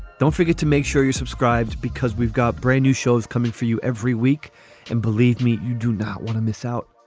don't forget to make sure you subscribed because we've got brand new shows coming for you every week and believe me, you do not want to miss out.